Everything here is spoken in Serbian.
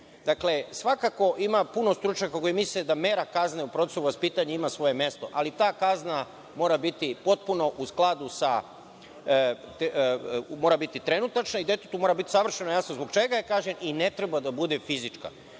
Dakle, svakako ima puno stručnjaka koji misle da mera kazne u procesu vaspitanja ima svoje mesto, ali ta kazna mora biti potpuno u skladu i mora biti trenutačna i deci mora biti savršeno jasno zbog čega je kažnjen i ne treba da bude fizička. Dakle,